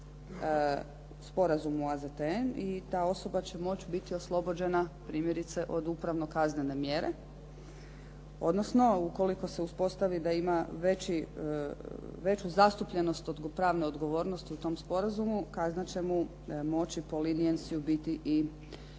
sporazum u AZTN i ta osoba će moći biti oslobođena primjerice od upravno-kaznene mjere, odnosno ukoliko se uspostavi da ima veću zastupljenost od pravne odgovornosti u tom sporazumu, kazna će mu moći po liniancyu biti i smanjena.